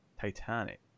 Titanic